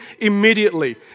immediately